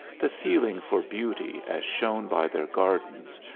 the feeling for beauty as shown by their gardens,